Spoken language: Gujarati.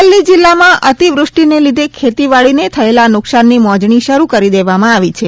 અરવલ્લી જીલ્લામાં અતિવૃષ્ટિને લીધે ખેતીવાડીને થયેલા નુકશાનની મોજણી શરૂ કરી દેવામાં આવી છે